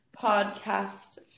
podcast